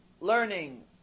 learning